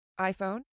iPhone